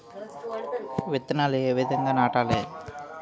విత్తనాలు ఏ విధంగా నాటాలి?